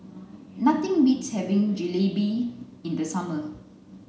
nothing beats having Jalebi in the summer